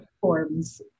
forms